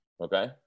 Okay